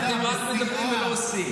אתם רק מדברים ולא עושים.